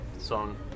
song